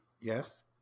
yes